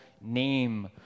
name